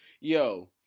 yo